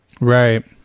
Right